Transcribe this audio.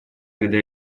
когда